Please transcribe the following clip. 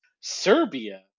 serbia